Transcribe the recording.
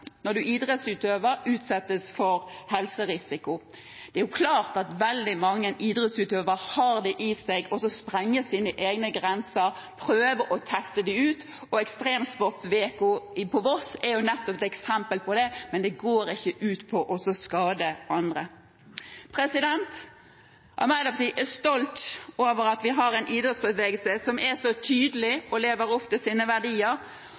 når man er idrettsutøver, utsettes man for helserisiko. Det er klart at veldig mange idrettsutøvere har i seg dette med å sprenge sine egne grenser og prøve å teste dem ut. Ekstremsportveko på Voss er jo nettopp et eksempel på det, men det går ikke ut på å skade andre. Arbeiderpartiet er stolt over at vi har en idrettsbevegelse som er så tydelig, og som lever opp til sine verdier.